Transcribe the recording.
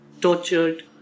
tortured